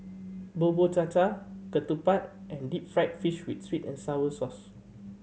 Bubur Cha Cha ketupat and deep fried fish with sweet and sour sauce